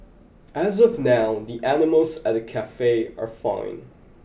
as of now the animals at the cafe are fine